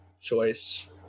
choice